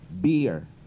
Beer